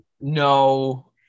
No